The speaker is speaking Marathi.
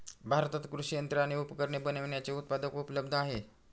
भारतात कृषि यंत्रे आणि उपकरणे बनविण्याचे उत्पादक उपलब्ध आहे